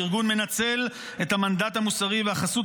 שארגון מנצל את המנדט המוסרי ואת החסות